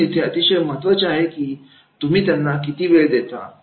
म्हणून इथे अतिशय महत्त्वाचे आहे की तुम्ही त्यांना किती वेळ देता